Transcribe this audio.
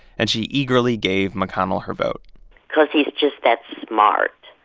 and she eagerly gave mcconnell her vote because he's just that smart.